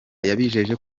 yabijeje